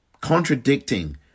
Contradicting